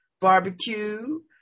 barbecue